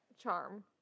charm